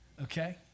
Okay